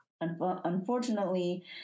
unfortunately